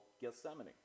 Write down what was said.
Gethsemane